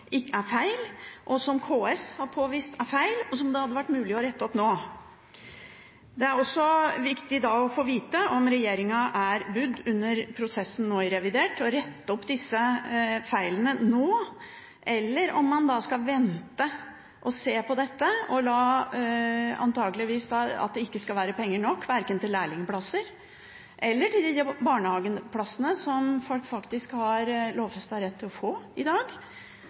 er feil, og som KS har påvist er feil, og som det hadde vært mulig å rette opp nå. Da er det også viktig å få vite om regjeringen under prosessen i revidert nå er klar for å rette opp disse feilene, eller om man skal vente og se på dette, og at det da antagelig ikke vil være penger nok, verken til lærlingplasser eller til de barnehageplassene som folk faktisk har lovfestet rett til å få i dag.